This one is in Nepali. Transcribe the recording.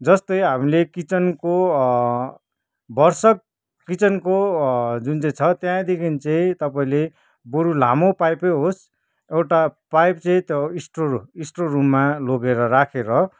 जस्तै हामीले किचनको भरसक किचनको जुन चाहिँ छ त्यहाँदेखि चाहिँ तपााईँले बरू लामो पाइपै होस् एउटा पाइप चाहिँ स्टोर स्टोर रूममा लगेर राखेर